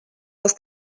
dels